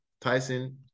tyson